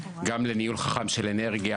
גם לניהול חכם של אנרגיה,